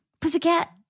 pussycat